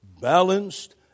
balanced